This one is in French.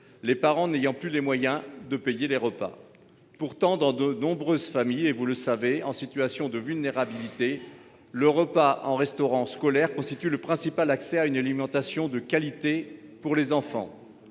les parents n’ayant plus les moyens de payer les repas. Pourtant, dans de nombreuses familles en situation de vulnérabilité, le repas au restaurant scolaire constitue le principal accès à une alimentation de qualité pour les enfants.